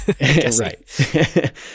Right